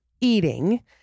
eating